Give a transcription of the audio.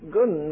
Good